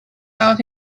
out